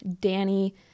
danny